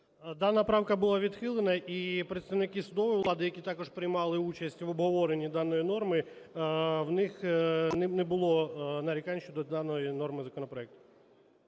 Дана правка була відхилена. І представники судової влади, які також приймали участь в обговоренні даної норми, в них не було нарікань щодо даної норми законопроекту.